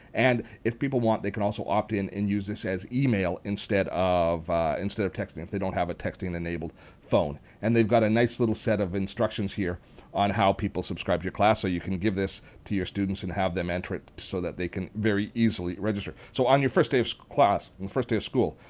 and if people want they can also opt in and use this as email instead of instead of texting if they don't have a texting and enabled phone. and they've got a nice little set of instructions here on how people subscribe your class so you can give this to your students and have them enter it so that they can very easily register. so on your first day of class, on the and first day of school,